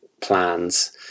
plans